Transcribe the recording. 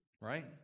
Right